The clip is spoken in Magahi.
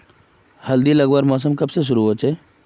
हल्दी लगवार मौसम कब से शुरू होचए?